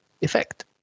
effect